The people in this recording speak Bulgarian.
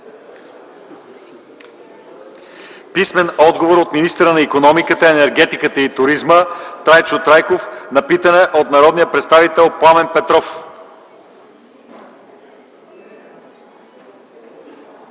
писмен отговор от министъра на икономиката, енергетиката и туризма Трайчо Трайков на въпрос от народния представител Пламен Петров;